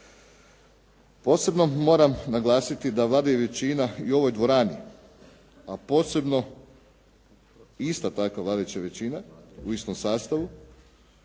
Posebno moram naglasiti da Vlada i većina u ovoj dvorani, a posebno isto tako vladajuća većina u istom sastavu,